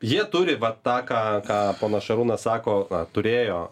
jie turi va tą ką ką ponas šarūnas sako turėjo